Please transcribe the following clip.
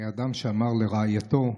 אדם שאמר לרעייתו,